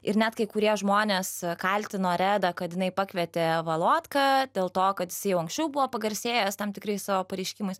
ir net kai kurie žmonės kaltino redą kad jinai pakvietė valotką dėl to kad jisai jau anksčiau buvo pagarsėjęs tam tikrais savo pareiškimais